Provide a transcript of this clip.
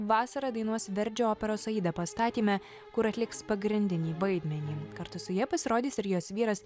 vasarą dainuos verdžio operos aida pastatyme kur atliks pagrindinį vaidmenį kartu su ja pasirodys ir jos vyras